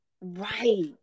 Right